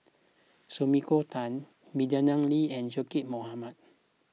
Sumiko Tan Madeleine Lee and Zaqy Mohamad